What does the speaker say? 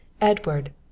Edward